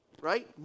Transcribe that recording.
right